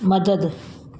मदद